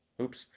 Oops